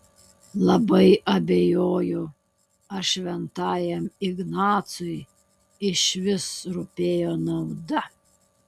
labai abejoju ar šventajam ignacui išvis rūpėjo nauda